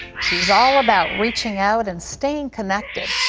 she's all about reaching out and staying connected.